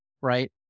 right